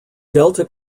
delta